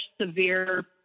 severe